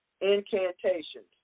incantations